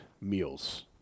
meals